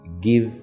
give